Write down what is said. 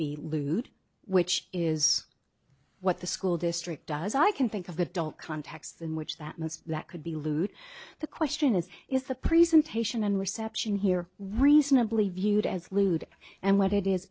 be lewd which is what the school district does i can think of adult contexts in which that means that could be lewd the question is is the presentation and reception here reasonably viewed as lewd and what it is